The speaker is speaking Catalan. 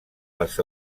les